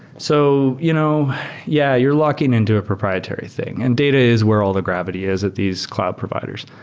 so you know yeah, you're locking into a proprietary thing. and data is where all the gravity is at these cloud providers.